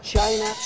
China